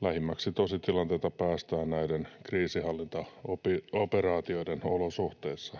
Lähimmäksi tositilanteita päästään näiden kriisinhallintaoperaatioiden olosuhteissa,